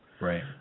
Right